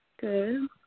Good